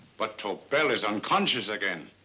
but tobel is unconscious again.